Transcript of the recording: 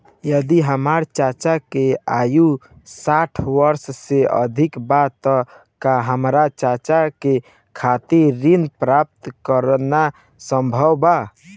यदि हमार चाचा के आयु साठ वर्ष से अधिक बा त का हमार चाचा के खातिर ऋण प्राप्त करना संभव बा?